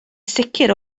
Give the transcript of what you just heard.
sicr